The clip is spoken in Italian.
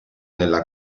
nella